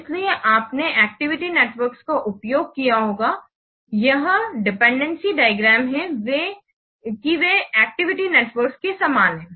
इसलिए आपने activity networks का उपयोग किया होगा इसलिए यह डिपेंडेंसी डायग्राम है कि वे एक्टिविटी नेटवर्क्स के समान हैं